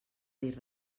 dir